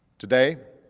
today,